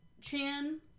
Chan